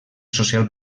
social